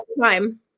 time